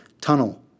Tunnel